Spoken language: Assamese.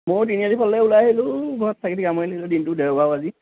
মই তিনিআলিৰ ফালে ওলাই আহিলোঁ ঘৰত থাকি থাকি আমৰি লাগিছে দিনটো দেউবাৰ আজি